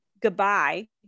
goodbye